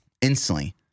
instantly